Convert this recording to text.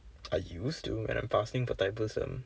I used to when I'm fasting for Thaipusam